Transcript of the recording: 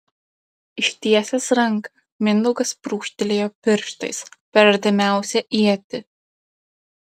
ištiesęs ranką mindaugas brūkštelėjo pirštais per artimiausią ietį